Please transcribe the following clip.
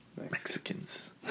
Mexicans